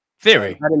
Theory